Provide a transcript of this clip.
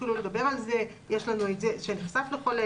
התחילו לדבר על זה: אדם שנחשף לחולה,